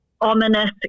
ominous